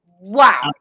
Wow